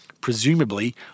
presumably